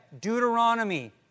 deuteronomy